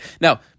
Now